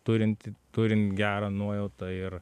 turint turint gerą nuojautą ir